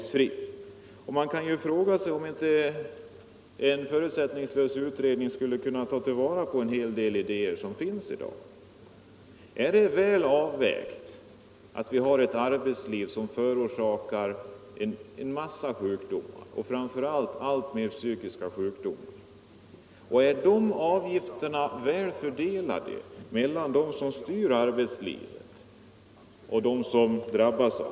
Skulle inte en förutsättningslös utredning kunna ta vara på en hel del idéer som finns i dag. Är det väl avvägt att vi har ett arbetsliv som förorsakar en massa sjukdomar och framför allt fler psykologiska sjukdomar? Är kostnaderna för dessa sjukdomar väl fördelade mellan dem som styr arbetslivet och dem som drabbas?